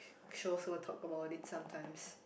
Sho-Fu talk about it sometime